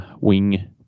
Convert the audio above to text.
wing